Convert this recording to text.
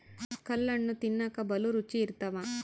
ಕಲ್ಲಣ್ಣು ತಿನ್ನಕ ಬಲೂ ರುಚಿ ಇರ್ತವ